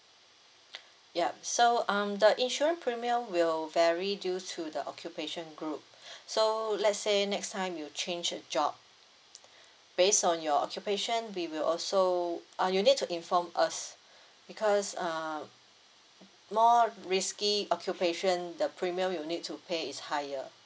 yup so um the insurance premium will vary due to the occupation group so let's say next time you change a job based on your occupation we will also uh you need to inform us because uh more risky occupation the premium you need to pay is higher